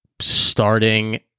starting